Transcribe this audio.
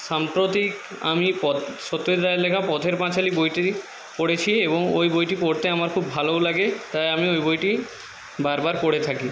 সাম্প্রতিক আমি সত্যজিৎ রায়ের লেখা পথের পাঁচালি বইটি পড়েছি এবং ওই বইটি পড়তে আমার খুব ভালোও লাগে তাই আমি ওই বইটি বার বার পড়ে থাকি